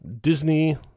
Disney